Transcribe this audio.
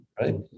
Right